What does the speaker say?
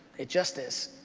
it just is.